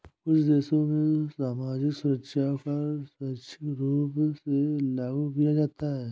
कुछ देशों में सामाजिक सुरक्षा कर स्वैच्छिक रूप से लागू किया जाता है